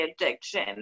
addiction